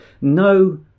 no